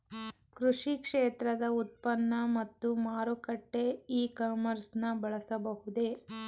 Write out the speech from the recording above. ಕೃಷಿ ಕ್ಷೇತ್ರದ ಉತ್ಪನ್ನ ಮತ್ತು ಮಾರಾಟಕ್ಕೆ ಇ ಕಾಮರ್ಸ್ ನ ಬಳಸಬಹುದೇ?